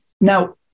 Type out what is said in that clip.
now